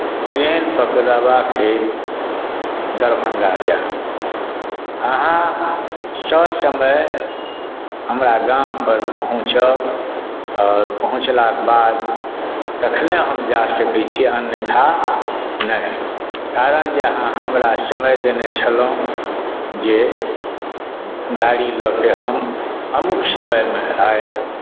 train पकड़बाक हेतु दरभङ्गा जायब अहाँ ससमय हमरा गामपर पहुँचब आओर पहुँचलाक बाद तखने हम जा सकैत छी अन्यथा नहि कारण जे अहाँ हमरा समय देने छलहुँ जे गाड़ी लऽ कऽ हम अमुक समयमे आयब